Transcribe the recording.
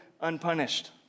unpunished